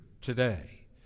today